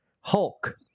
Hulk